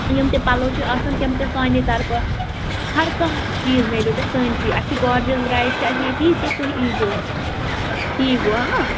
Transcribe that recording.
یِم تہِ پَلَو چھِ آسان تِم تہِ سانے طرفہٕ ہر کانٛہہ چیٖز میلِیو تۄہہِ سٲنۍسٕے اَسہِ چھِ گارجَس برٛایِڈ چھِ اَسہِ ییٚتی تہٕ تُہۍ ییٖزیٚو ٹھیٖک گوٚو ہا